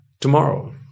tomorrow